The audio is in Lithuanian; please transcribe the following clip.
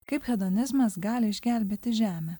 kaip hedonizmas gali išgelbėti žemę